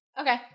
Okay